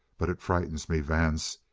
but it frightens me, vance.